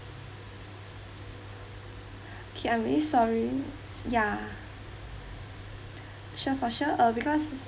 okay I'm very sorry ya sure for sure uh because